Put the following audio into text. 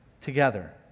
together